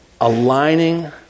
Aligning